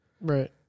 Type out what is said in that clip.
right